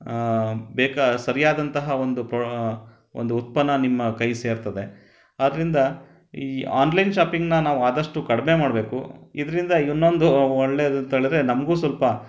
ಬೇಕಾ ಸರಿಯಾದಂತಹ ಒಂದು ಪ್ರ ಒಂದು ಉತ್ಪನ್ನ ನಿಮ್ಮ ಕೈ ಸೇರ್ತದೆ ಆದ್ದರಿಂದ ಈ ಆನ್ಲೈನ್ ಶಾಪಿಂಗ್ನ ನಾವು ಅದಷ್ಟು ಕಡಿಮೆ ಮಾಡಬೇಕು ಇದರಿಂದ ಇನ್ನೊಂದು ಒ ಒಳ್ಳೇದು ಅಂಥೇಳಿದ್ರೆ ನಮಗೂ ಸ್ವಲ್ಪ